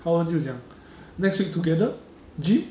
hao en 就讲 next week together gym